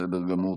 בסדר גמור.